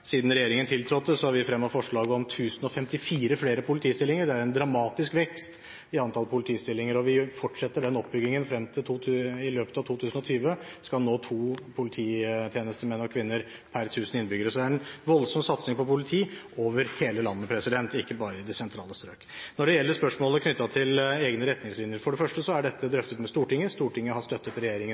Siden regjeringen tiltrådte, har vi fremmet forslag om 1 054 flere politistillinger. Det er en dramatisk vekst i antall politistillinger. Vi fortsetter den oppbyggingen, og i løpet av 2020 skal vi ha to polititjenestemenn og -kvinner per 1 000 innbyggere. Så det er en voldsom satsing på politi over hele landet, ikke bare i sentrale strøk. Når det gjelder spørsmålet knyttet til egne retningslinjer: For det første er dette drøftet med Stortinget, og Stortinget har støttet